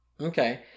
Okay